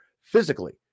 physically